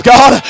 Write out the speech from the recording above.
God